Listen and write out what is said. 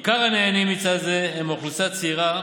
עיקר הנהנים מצד זה הם אוכלוסייה צעירה,